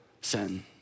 sin